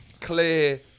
clear